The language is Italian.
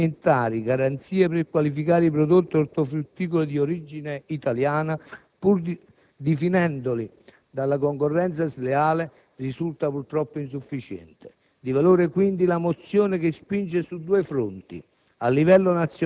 204 del 2004, che riconosce ai produttori agroalimentari garanzie per qualificare i prodotti ortofrutticoli di origine italiana, pur difendendoli dalla concorrenza sleale, risulta purtroppo insufficiente.